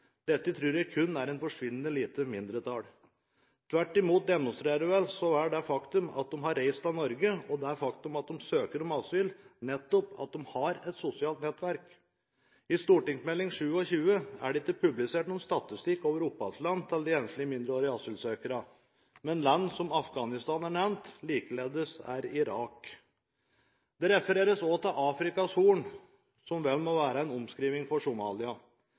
Dette tror jeg kun er et forsvinnende lite mindretall. Tvert imot demonstrerer vel så vel det faktum at de har reist til Norge, og det faktum at de søker om asyl, nettopp at de har et sosialt nettverk. I Meld. St. 27 er det ikke publisert noen statistikk over opphavsland til de enslige mindreårige asylsøkerne, men land som Afghanistan er nevnt, likeledes Irak. Det refereres også til Afrikas Horn – som vel må være en omskriving for Somalia.